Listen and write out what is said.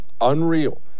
unreal